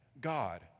God